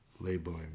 labeling